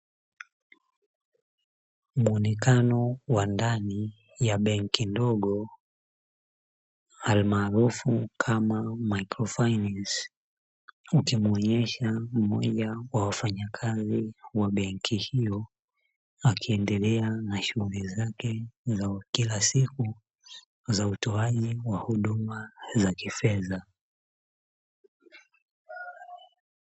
Muonekano wa ndani ya benki ndogo, almaarufu kama maikrofainensi. Ukimwonyesha mmoja wa wafanyakazi wa benki hiyo, akiendelea na shughuli zake za kila siku, za utoaji wa huduma za kifedha.